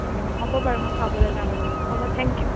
অঁ হ'ব বাৰু মই চাবলৈ যাম আজি হ'ব থেংক ইউ